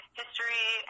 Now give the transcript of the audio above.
history